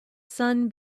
sun